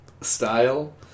style